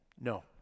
no